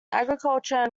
agriculture